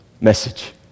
message